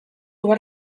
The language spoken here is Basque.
behar